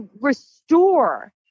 restore